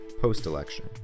post-election